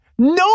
No